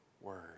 word